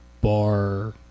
bar